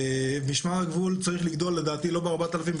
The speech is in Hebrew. משמר הגבול צריך לגדול לדעתי לא ב-4,000,